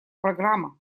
программа